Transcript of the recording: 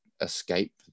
escape